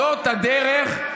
זאת הדרך,